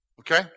Okay